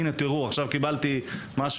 הנה, תראו, עכשיו קיבלתי משהו